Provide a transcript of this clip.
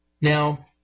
Now